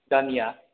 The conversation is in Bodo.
गामिया